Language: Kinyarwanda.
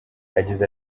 yagize